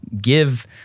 give